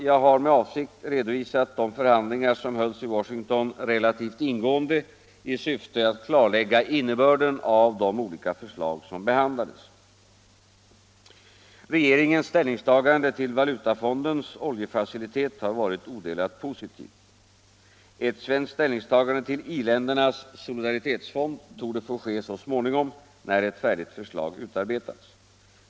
Jag har med avsikt redovisat de förhandlingar som hölls i Washington relativt ingående i syfte att klarlägga innebörden av de olika förslag som behandlades. Regeringens ställningstagande till valutafondens oljefacilitet har varit positiv. Ett svenskt ställningstagande till i-ländernas solidaritetsfond torde få ske så småningom, när ett färdigt förslag utarbetats.